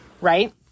right